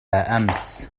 الأمس